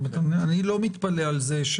אני לא מתפלא על כך.